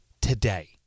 today